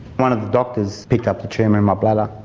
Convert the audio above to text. one of the doctors picked up a tumour in my bladder,